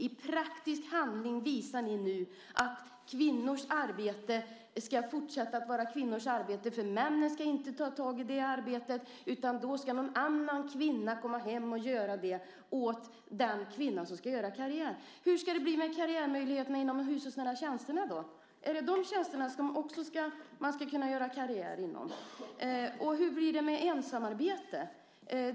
I praktisk handling visar ni nu att kvinnors arbete ska fortsätta att vara kvinnors arbete, för männen ska inte ta tag i det arbetet. Då ska någon annan kvinna komma hem och göra det åt den kvinna som ska göra karriär. Hur ska det bli med karriärmöjligheterna inom de hushållsnära tjänsterna? Ska man också kunna göra karriär inom de tjänsterna? Och hur blir det med ensamarbete?